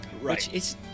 Right